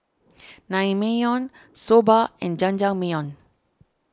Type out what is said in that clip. Naengmyeon Soba and Jajangmyeon